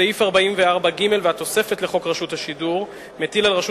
סעיף 44ג והתוספת לחוק רשות השידור מטילים על רשות